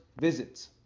visits